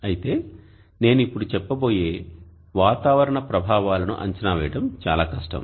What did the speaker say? అయితే నేను ఇప్పుడు చెప్పబోయే వాతావరణ ప్రభావాలను అంచనా వేయడం చాలా కష్టం